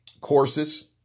courses